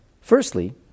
Firstly